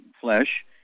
flesh